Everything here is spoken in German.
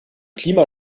klima